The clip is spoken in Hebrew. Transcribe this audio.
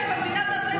חבר הכנסת ווליד טאהא,